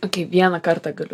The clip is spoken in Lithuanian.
tokį vieną kartą galiu